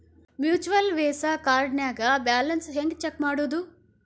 Virtual Visa ಕಾರ್ಡ್ನ್ಯಾಗ balance ಹೆಂಗ check ಮಾಡುದು?